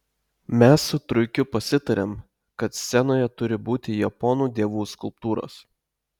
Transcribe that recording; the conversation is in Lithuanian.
mes su truikiu pasitarėm kad scenoje turi būti japonų dievų skulptūros